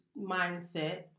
mindset